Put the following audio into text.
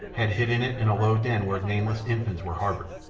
had hidden it in a low den where nameless infants were harboured,